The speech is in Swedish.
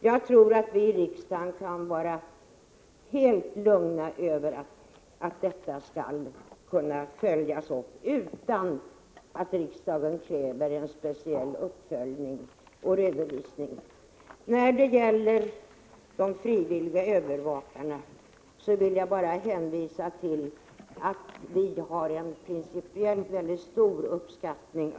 Jag tror att vi i riksdagen kan vara helt lugna över att frågorna följs upp utan att riksdagen kräver en speciell uppföljning och redovisning. När det gäller de frivilliga övervakarna vill jag bara hänvisa till att vi uppskattar deras insatser mycket.